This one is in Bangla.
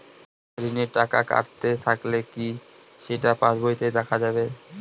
ঋণের টাকা কাটতে থাকলে কি সেটা পাসবইতে দেখা যাবে?